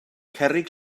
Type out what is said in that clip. cerrig